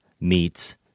meets